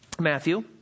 Matthew